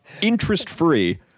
interest-free